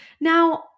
Now